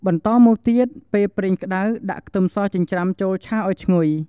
បន្តមកទៀតពេលប្រេងក្តៅ ដាក់ខ្ទឹមសចិញ្ច្រាំចូលឆាឱ្យឈ្ងុយ។